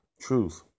truth